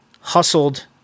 hustled